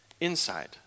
inside